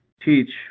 teach